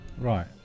Right